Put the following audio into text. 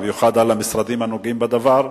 במיוחד על המשרדים הנוגעים בדבר.